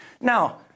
Now